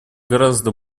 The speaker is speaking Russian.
гораздо